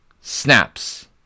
snaps